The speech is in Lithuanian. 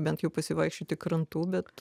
bent jau pasivaikščioti krantu bet